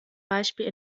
beispiel